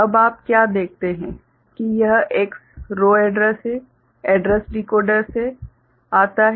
अब आप क्या देखते हैं कि यह X रो एड्रेस है एड्रेस डिकोडर से आता है